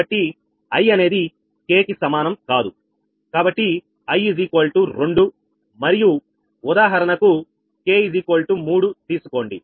కాబట్టి i అనేది k కి సమానం కాదు కాబట్టి i 2 మరియు ఉదాహరణకు k3 తీసుకోండి